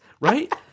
right